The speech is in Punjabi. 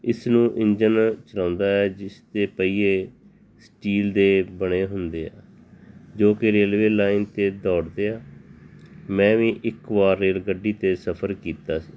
ਇਸ ਨੂੰ ਇੰਜਣ ਚਲਾਉਂਦਾ ਹੈ ਜਿਸ ਦੇ ਪਹੀਏ ਸਟੀਲ ਦੇ ਬਣੇ ਹੁੰਦੇ ਆ ਜੋ ਕਿ ਰੇਲਵੇ ਲਾਈਨ 'ਤੇ ਦੌੜਦੇ ਆ ਮੈਂ ਵੀ ਇੱਕ ਵਾਰ ਰੇਲ ਗੱਡੀ 'ਤੇ ਸਫਰ ਕੀਤਾ ਸੀ